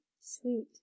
Sweet